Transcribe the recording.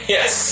Yes